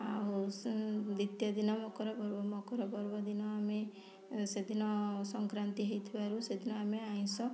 ଆଉ ସ୍ ଦ୍ଵିତୀୟ ଦିନ ମକର ପର୍ବ ମକର ପର୍ବ ଦିନ ଆମେ ସେଦିନ ସଂକ୍ରାନ୍ତି ହୋଇଥିବାରୁ ସେଦିନ ଆମେ ଆଇଁଷ